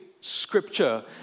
scripture